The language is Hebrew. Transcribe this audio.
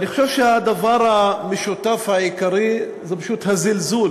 אני חושב שהדבר המשותף העיקרי זה פשוט הזלזול